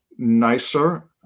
nicer